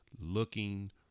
looking